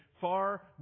far